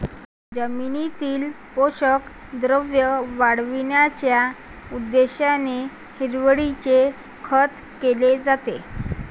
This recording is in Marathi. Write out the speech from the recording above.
जमिनीतील पोषक द्रव्ये वाढविण्याच्या उद्देशाने हिरवळीचे खत केले जाते